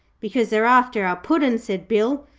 because they're after our puddin' said bill.